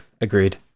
agreed